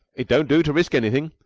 it don't do to risk anything,